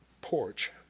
porch